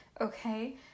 okay